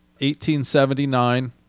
1879